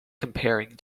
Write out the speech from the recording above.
comparing